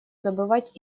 забывать